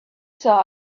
saw